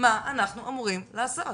מה אנחנו אמורים לעשות.